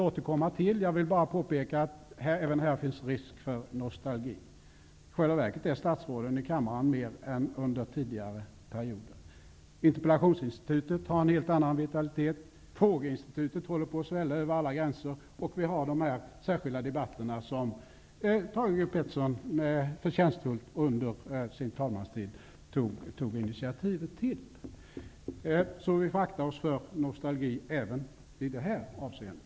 Jag vill endast påpeka att även här finns risk för nostalgi. I själva verket befinner sig statråden mer i kammaren än under tidigare perioder. Interpellationsinstitutet har en helt annan vitalitet, frågeinstitutet håller på att svälla över alla gränser, och vi har de särskilda debatter som Thage G Peterson förtjänstfullt under sin talmanstid tog initiativet till. Vi får akta oss för nostalgi även i det här avseendet.